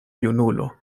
junulo